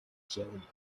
jelly